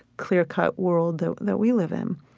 clear-cut world that that we live in.